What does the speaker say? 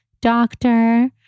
doctor